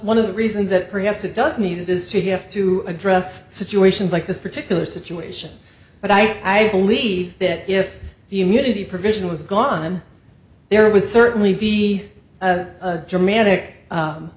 one of the reasons that perhaps it does need it is to have to address situations like this particular situation but i believe that if the immunity provision was gone there was certainly be a dramatic